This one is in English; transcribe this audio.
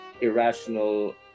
irrational